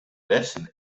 bessen